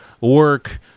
work